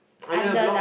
under a block